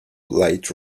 light